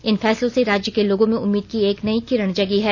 इन फैसलों से राज्य के लोगों में उम्मीद की एक नयी किरण जगी है